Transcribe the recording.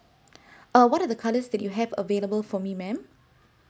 UH what are the colours that you have available for me ma'am